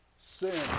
sin